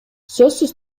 сөзсүз